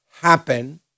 happen